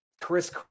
Chris